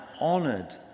honored